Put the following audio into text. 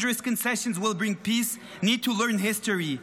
concessions will bring peace need to learn history.